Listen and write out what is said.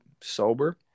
sober